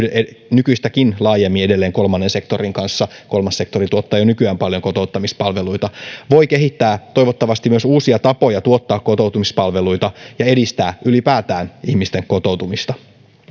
nykyistäkin laajemmin edelleen kolmannen sektorin kanssa kolmas sektori tuottaa jo nykyään paljon kotouttamispalveluita voi kehittää toivottavasti myös uusia tapoja tuottaa kotoutumispalveluita ja edistää ylipäätään ihmisten kotoutumista